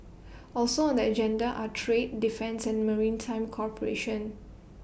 also on the agenda are trade defence and maritime cooperation